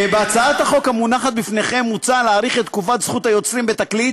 בהצעת החוק המונחת בפניכם מוצע להאריך את תקופת זכות היוצרים בתקליט